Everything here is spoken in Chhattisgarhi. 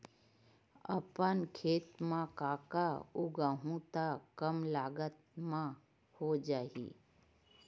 अपन खेत म का का उगांहु त कम लागत म हो जाही?